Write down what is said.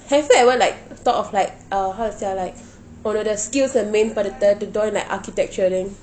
have you ever like thought of like uh how to say ah like உன்னுடைய:unnudaiya skills மேம்படுத்த:mempadutta to join the architecture thing